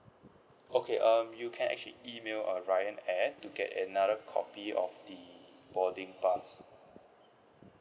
okay um you can actually email uh rayyan air to get another copy of the boarding pass